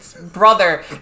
brother